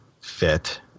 fit